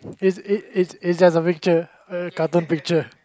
it's it's it's just a picture a cartoon picture